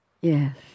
yes